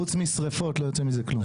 חוץ משריפות לא יוצא מזה כלום.